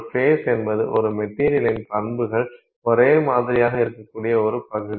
ஒரு ஃபேஸ் என்பது ஒரு மெட்டீரியலின் பண்புகள் ஒரே மாதிரியாக இருக்ககூடிய ஒரு பகுதி